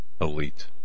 elite